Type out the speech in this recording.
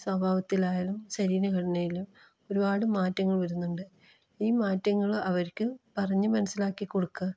സ്വഭാവത്തിലായാലും ശരീരഘടനയിലും ഒരുപാട് മാറ്റങ്ങൾ വരുന്നുണ്ട് ഈ മാറ്റങ്ങൾ അവർക്ക് പറഞ്ഞ് മനസ്സിലാക്കി കൊടുക്കുക